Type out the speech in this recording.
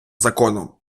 законом